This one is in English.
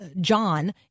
John